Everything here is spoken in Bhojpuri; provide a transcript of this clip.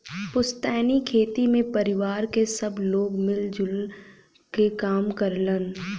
पुस्तैनी खेती में परिवार क सब लोग मिल जुल क काम करलन